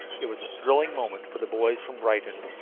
it was a thrilling moment for the boys from brighton.